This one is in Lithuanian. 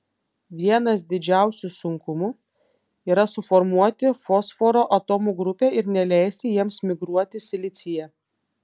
vienas didžiausių sunkumų yra suformuoti fosforo atomų grupę ir neleisti jiems migruoti silicyje